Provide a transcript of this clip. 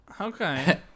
Okay